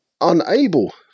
unable